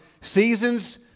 seasons